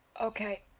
okay